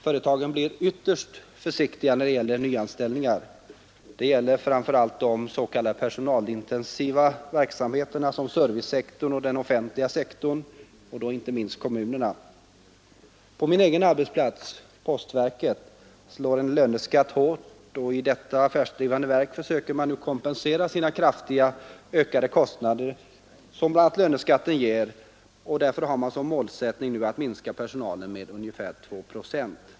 Företagen blir ytterst försiktiga när det gäller nyanställningar. Det gäller framför allt de s.k. personalintensiva verksamheterna, som servicesektorn och den offentliga sektorn — då inte minst kommunerna. På min egen arbetsplats, postverket, slår en löneskatt hårt. I detta affärsdrivande verk försöker man kompensera de kraftigt ökade kostnader som bl.a. löneskatten ger, och man har nu som målsättning att minska personalen med ungefär 2 procent.